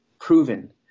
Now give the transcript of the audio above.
proven